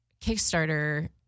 kickstarter